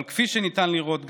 אבל כפי שניתן לראות,